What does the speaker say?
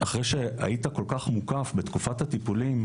אחרי שהיית כל כך מוקף בתקופת הטיפולים,